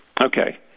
Okay